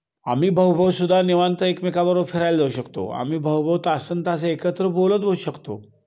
आम्ही भाऊभाऊसुद्धा निवांत एकमेकाबरोबर फिरायला जाऊ शकतो आम्ही भाऊभाऊ तासंतास एकत्र बोलत बसू शकतो